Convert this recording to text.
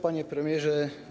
Panie Premierze!